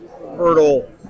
fertile